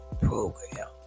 program